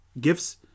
gifts